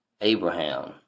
Abraham